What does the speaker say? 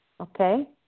Okay